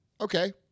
okay